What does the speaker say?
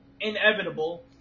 inevitable